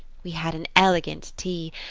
we had an elegant tea,